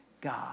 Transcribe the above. God